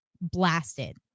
blasted